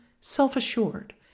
self-assured